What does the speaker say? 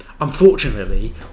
Unfortunately